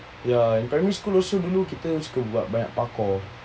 ya in primary school also dulu kita suka buat banyak parkour